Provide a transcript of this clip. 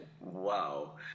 wow